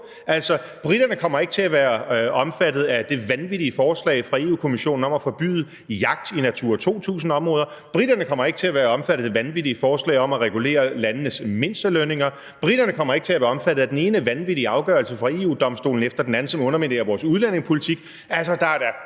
Altså, briterne kommer ikke til at være omfattet af det vanvittige forslag fra EU-Kommissionen om at forbyde jagt i Natura 2000-områder; briterne kommer ikke til at være omfattet af det vanvittige forslag om at regulere landenes mindstelønninger; briterne kommer ikke til at være omfattet af den ene vanvittige afgørelse fra EU-Domstolen efter den anden, som underminerer vores udlændingepolitik. Så der er da